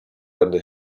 under